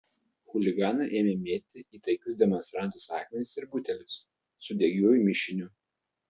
chuliganai ėmė mėtyti į taikius demonstrantus akmenis ir butelius su degiuoju mišiniu